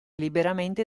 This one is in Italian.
liberamente